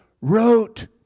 wrote